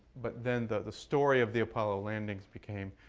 but then the story of the apollo landings became,